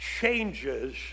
changes